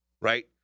right